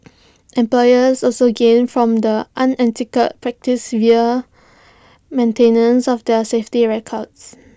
employers also gain from the unethical practice via maintenance of their safety records